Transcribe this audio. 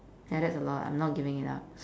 ya that's a lot I'm not giving it up